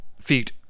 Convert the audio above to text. Feet